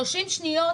30 שניות